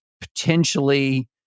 potentially